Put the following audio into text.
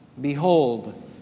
Behold